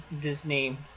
Disney